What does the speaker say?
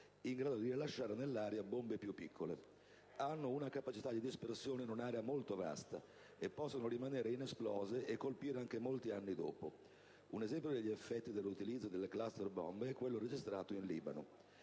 in grado di rilasciare nell'aria bombe più piccole. Hanno una capacità di dispersione in un'area molto vasta e possono rimanere inesplose e colpire anche molti anni dopo. Un esempio degli effetti dell'utilizzo delle *cluster bomb* è quello registrato in Libano.